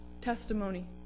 testimony